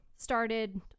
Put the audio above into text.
Started